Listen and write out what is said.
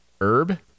herb